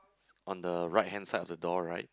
on the right hand side of the door right